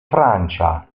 francia